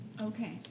Okay